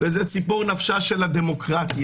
וזו ציפור נפשה של הדמוקרטיה.